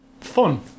fun